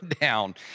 down